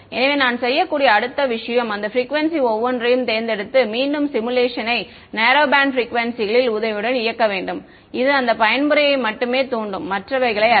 எனவே நான் செய்யக்கூடிய அடுத்த விஷயம் அந்த ப்ரிக்குவேன்சி ஒவ்வொன்றையும் தேர்ந்தெடுத்து மீண்டும் சிமுலேஷனை நேரோ பேண்ட் ப்ரிக்குவேன்சிகளில் உதவியுடன் இயக்க வேண்டும் இது அந்த பயன்முறையை மட்டுமே தூண்டும் மற்றவைகளை அல்ல